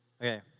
Okay